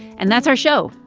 and that's our show.